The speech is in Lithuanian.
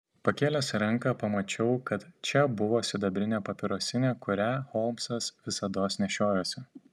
pakėlęs ranką pamačiau kad čia buvo sidabrinė papirosinė kurią holmsas visados nešiojosi